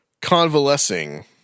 convalescing